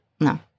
No